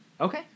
okay